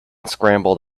scrambled